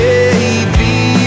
Baby